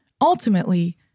Ultimately